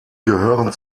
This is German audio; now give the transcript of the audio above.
gehören